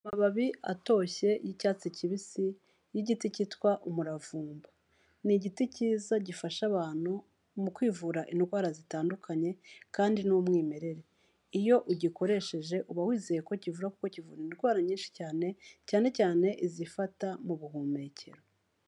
Amababi atoshye y'icyatsi kibisi y'igiti cyitwa umuravumba, ni igiti cyiza gifasha abantu mu kwivura indwara zitandukanye kandi ni umwimerere, iyo ugikoresheje uba wizeye ko kivura kuko kivura indwara nyinshi cyane, cyane cyane izifata mu buhumekero.